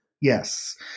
Yes